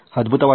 ಅದ್ಭುತವಾಗಿದೆ